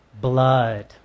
Blood